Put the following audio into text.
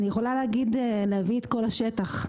אני יכולה להביא את קול השטח.